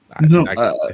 No